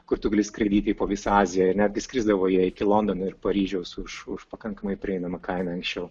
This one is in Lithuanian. kur tu gali skraidyti po visą aziją ir netgi skrisdavo jie iki londono ir paryžiaus už už pakankamai prieinamą kainą anksčiau